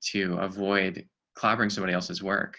to avoid clobbering somebody else's work.